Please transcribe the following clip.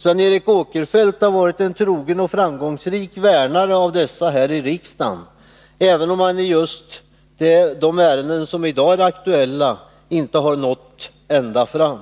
Sven Eric Åkerfeldt har varit en trogen och framgångsrik värnare av dessa här i riksdagen, även om han i just de ärenden som i dag är aktuella inte har nått ända fram.